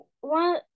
One